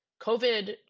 COVID